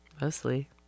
mostly